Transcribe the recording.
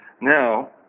Now